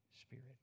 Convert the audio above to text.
Spirit